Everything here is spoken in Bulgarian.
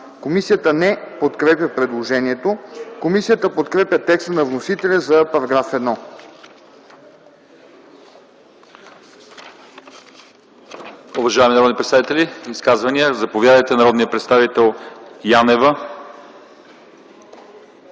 Комисията не подкрепя предложението. Комисията подкрепя текста на вносителя за § 1.